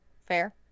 Fair